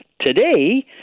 today